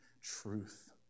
truth